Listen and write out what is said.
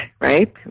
Right